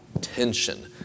tension